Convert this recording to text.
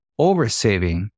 Oversaving